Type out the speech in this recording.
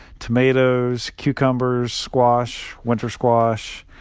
tomatoes, cucumbers, squash, winter squash,